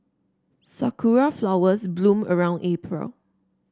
sakura flowers bloom around April